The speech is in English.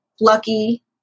lucky